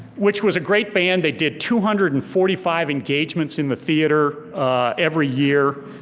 which was a great band, they did two hundred and forty five engagements in the theater every year,